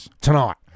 tonight